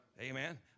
Amen